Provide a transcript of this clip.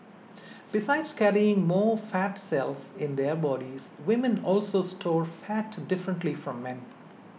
besides carrying more fat cells in their bodies women also store fat differently from men